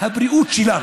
הבריאות שלנו,